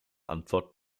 antwort